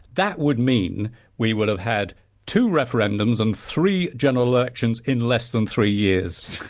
that would mean we would have had two referendums and three general elections in less than three years.